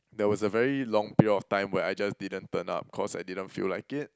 there was a very long period of time where I just didn't turn up cause I didn't feel like it